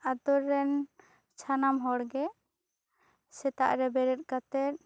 ᱟᱛᱳ ᱨᱮᱱ ᱥᱟᱱᱟᱢ ᱦᱚᱲ ᱜᱮ ᱥᱮᱛᱟᱜ ᱨᱮ ᱵᱮᱨᱮᱫ ᱠᱟᱛᱮᱫ